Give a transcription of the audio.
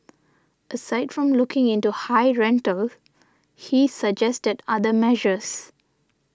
aside from looking into high rentals he suggested other measures